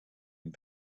and